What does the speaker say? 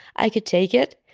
i can take it,